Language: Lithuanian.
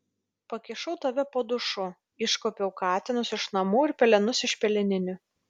pakišau tave po dušu iškuopiau katinus iš namų ir pelenus iš peleninių